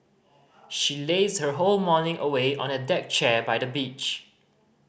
she lazed her whole morning away on a deck chair by the beach